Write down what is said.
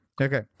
okay